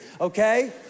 Okay